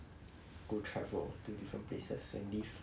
go travel to different places and this